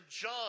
John